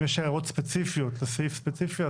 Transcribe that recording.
אם יש הערות ספציפיות לסעיף ספציפי,